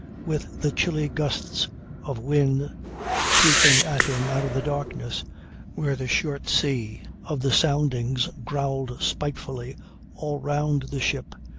with the chilly gusts of wind sweeping at him out of the darkness where the short sea of the soundings growled spitefully all round the ship,